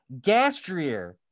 Gastrier